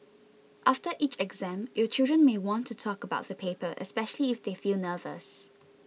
after each exam your children may want to talk about the paper especially if they feel anxious